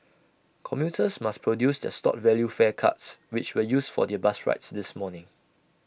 commuters must produce their stored value fare cards which were used for their bus rides this morning